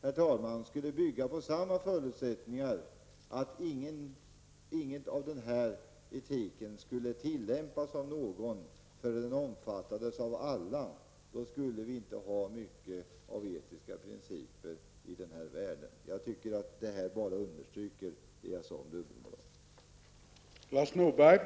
Om all etik skulle bygga på samma förutsättningar, nämligen att etiken inte skulle tillämpas av någon förrän den omfattades av alla, skulle vi inte ha många etiska principer i denna värld. Detta understryker det jag sade om dubbelmoral.